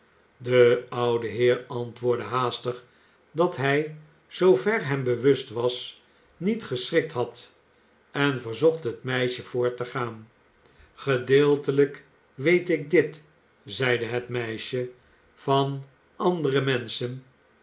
de oude heer antwoordde haastig dat hij zoover hem bewust was niet geschrikt had en verzocht het meisje voort te gaan gedeeltelijk weet ik dit zeide het meisje van andere menschen